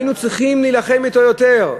היינו צריכים להילחם אתו יותר.